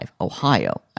Ohio